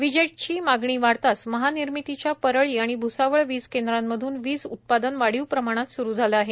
विजेची मागणी वाढताच महानिर्मितीच्या परळी आणि भ्सावळ वीज केंद्रामधून वीज उत्पादन वाढीव प्रमाणात स्रु झाले आहे